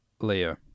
Leo